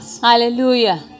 Hallelujah